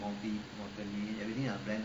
while the water everything lah meh